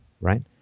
right